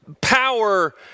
power